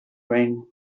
vain